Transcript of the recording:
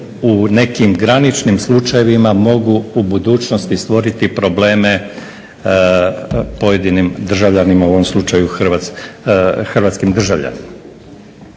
u nekim graničnim slučajevima mogu u budućnosti stvoriti probleme pojedinim državljanima, u ovom slučaju hrvatskim državljanima.